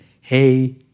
Hey